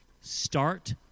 Start